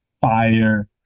fire